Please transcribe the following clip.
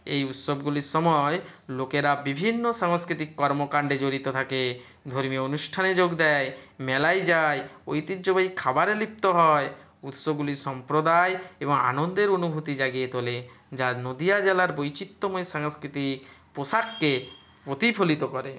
এই উৎসবগুলির সময় লোকেরা বিভিন্ন সাংস্কৃতিক কর্মকাণ্ডে জড়িত থাকে ধর্মীয় অনুষ্ঠানে যোগ দেয় মেলায় যায় ঐতিহ্যবাহী খাবারে লিপ্ত হয় উৎসগুলি সম্প্রদায় এবং আনন্দের অনুভূতি জাগিয়ে তোলে যা নদীয়া জেলার বৈচিত্রময় সাংস্কৃতিক পোশাককে প্রতিফলিত করে